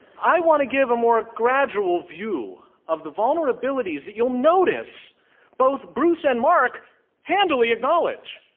i want to give a more gradual view of the vulnerabilities that you'll notice both bruce and marc handily acknowledge.